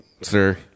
sir